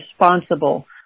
responsible